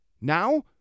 Now